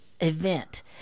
event